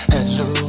Hello